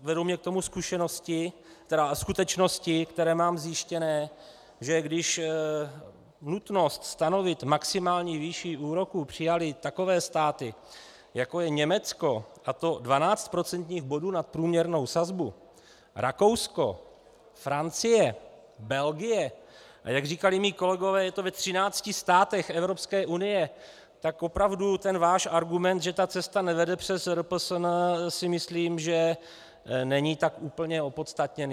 Vedou mě k tomu skutečnosti, které mám zjištěné, že když nutnost stanovit maximální výši úroků přijaly takové státy, jako je Německo, a to 12 procentních bodů nad průměrnou sazbu, Rakousko, Francie, Belgie, a jak říkali moji kolegové, je to ve 13 státech Evropské unie, tak opravdu ten váš argument, že ta cesta nevede přes RPSN, si myslím, že není tak úplně opodstatněný.